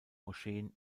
moscheen